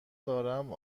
دارم